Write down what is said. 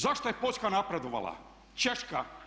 Zašto je Poljska napredovala, Češka?